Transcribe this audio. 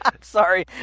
Sorry